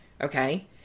Okay